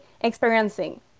experiencing